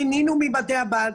פינינו מבתי הבד.